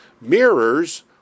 mirrors